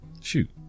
shoot